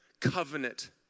covenant